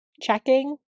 checking